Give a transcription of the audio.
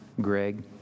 Greg